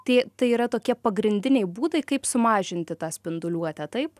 tai tai yra tokie pagrindiniai būdai kaip sumažinti tą spinduliuotę taip